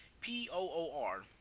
P-O-O-R